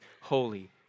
holy